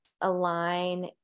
align